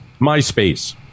MySpace